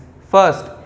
first